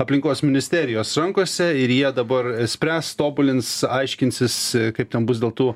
aplinkos ministerijos rankose ir jie dabar spręs tobulins aiškinsis kaip ten bus dėl tų